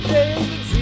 David